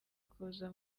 kuza